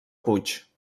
puig